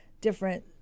different